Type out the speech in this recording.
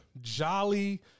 jolly